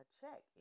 check